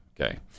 Okay